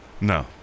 No